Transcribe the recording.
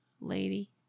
lady